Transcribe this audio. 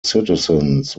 citizens